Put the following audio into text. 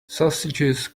sausages